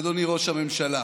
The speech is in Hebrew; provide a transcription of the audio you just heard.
אדוני ראש הממשלה,